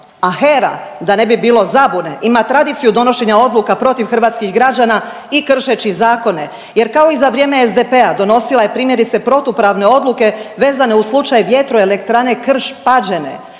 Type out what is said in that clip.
a HERA da ne bi bilo zabune ima tradiciju donošenja odluka protiv hrvatskih građana i kršeći zakone jer kao i za vrijeme SDP-a donosila je primjerice protupravne odluke vezane uz slučaj vjetroelektrane Krš-Pađene,